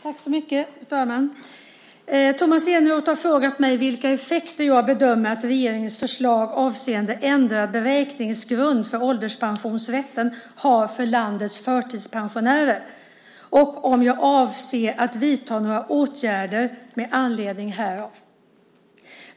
Fru talman! Tomas Eneroth har frågat mig vilka effekter jag bedömer att regeringens förslag avseende ändrad beräkningsgrund för ålderspensionsrätt har för landets förtidspensionärer och om jag avser att vidta några åtgärder med anledning härav.